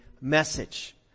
message